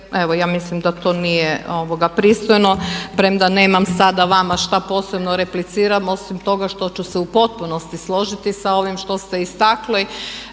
evo ja mislim da to nije pristojno. Premda nemam sada vama što posebno replicirati osim toga što ću se u potpunosti složiti sa ovim što ste istakli,